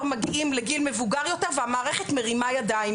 מגיעים לגיל מבוגר יותר והמערכת מרימה ידיים,